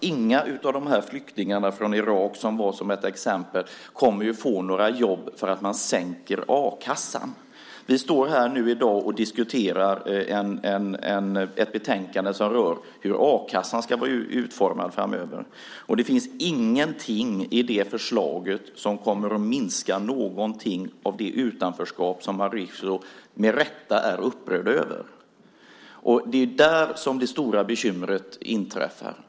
Inga av flyktingarna från Irak, som gavs som ett exempel, kommer att få några jobb därför att a-kassan sänks. Vi står här i dag och diskuterar ett betänkande som rör hur a-kassan ska vara utformad framöver. Det finns ingenting i det förslaget som kommer att minska någonting av det utanförskap som Mauricio, med rätta, är upprörd över. Det är där som det stora bekymret finns.